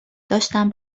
داشتم